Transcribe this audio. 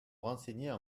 renseigner